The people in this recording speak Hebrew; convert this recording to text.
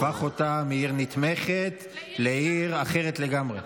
הפך אותה מעיר נתמכת לעיר אחרת לגמרי.